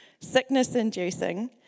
sickness-inducing